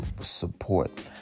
support